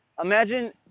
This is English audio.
imagine